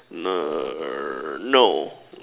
no